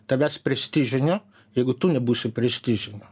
tavęs prestižinio jeigu tu nebūsi prestižiniu